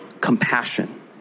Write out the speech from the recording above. compassion